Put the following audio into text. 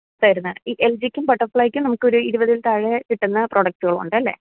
തരുന്നത് ഈ എൽ ജിക്കും ബട്ടർഫ്ലൈക്കും നമുക്ക് ഒരു ഇരുപതിൽ താഴെ കിട്ടുന്ന പ്രൊഡക്റ്റ്സുമുണ്ടല്ലേ